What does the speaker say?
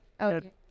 Okay